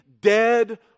dead